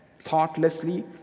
thoughtlessly